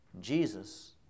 Jesus